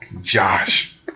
Josh